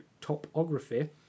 topography